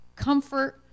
comfort